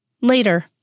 Later